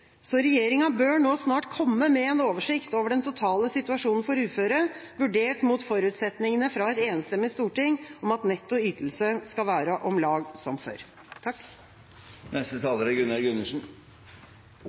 så regjeringa bør nå snart komme med en oversikt over den totale situasjonen for uføre, vurdert mot forutsetningene fra et enstemmig storting om at netto ytelse skal være om lag som før. Det kan brygge opp til en interessant sommer hvis det er